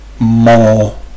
more